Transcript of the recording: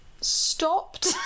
stopped